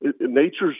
nature's